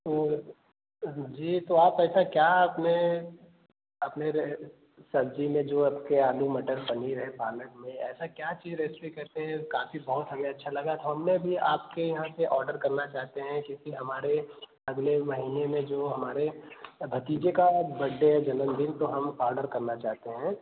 तो जी तो आप ऐसा क्या अपने अपने सब्जी में जो आपके आलू मटर पनीर है पालक में ऐसा क्या चीज रेसिपी करते हैं काफी बहुत हमें अच्छा लगा था हमने भी आपके यहाँ से ऑर्डर करना चाहते हैं क्योंकि हमारे अगले महीने में जो हमारे भतीजे का बर्थडे है जन्मदिन तो हम ऑर्डर करना चाहते हैं